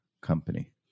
company